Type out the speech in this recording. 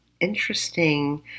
interesting